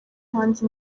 hanze